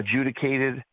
adjudicated